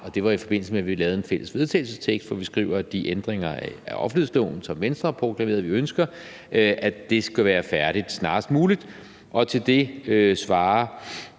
Det var i forbindelse med, at vi lavede en fælles vedtagelsestekst, hvor vi skrev, at de ændringer af offentlighedsloven, som Venstre har proklameret at vi ønsker, skal være færdige snarest muligt. Til det svarede